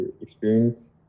experience